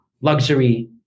luxury